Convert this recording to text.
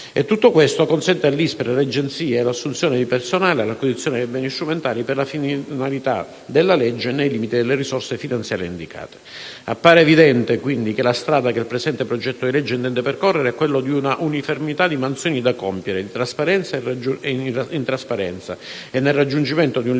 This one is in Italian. Tutto questo consente all'ISPRA e alle Agenzie l'assunzione di personale e l'acquisizione di beni strumentali per le finalità della legge e nei limiti delle risorse finanziarie indicate. Appare evidente, quindi, che la strada che il disegno di legge in esame intende percorrere è quella di un'uniformità di mansioni da compiere in trasparenza e nel raggiungimento di un